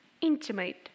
intimate